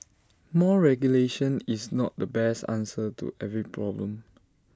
more regulation is not the best answer to every problem